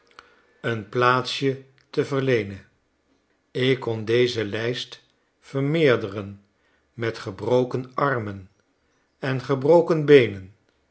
een plaatsje te verleenen ik kon deze lijst vermeerderen met gebroken armen en gebroken beenen